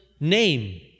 name